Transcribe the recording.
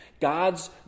God's